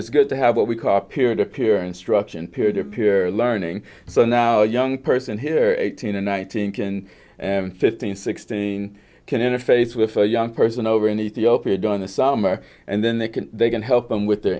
it's good to have what we call peer to peer and structure and peer to peer learning so now young person here eighteen and nineteen can fifteen sixteen can interface with a young person over in ethiopia donna summer and then they can they can help them with their